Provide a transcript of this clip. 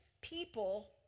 people